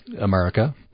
America